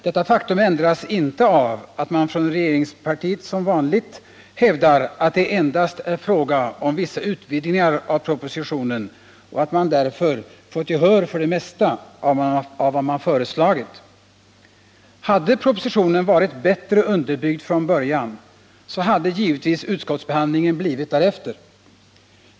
Detta faktum ändras inte av att man från regeringspartiet som vanligt hävdar att det endast är fråga om vissa utvidgningar av propositionen och att man därför fått gehör för det mesta av vad man föreslagit. Hade propositionen varit bättre underbyggd från början, hade givetvis utskottsbehandlingen blivit därefter.